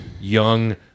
young